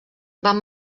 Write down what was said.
van